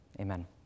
amen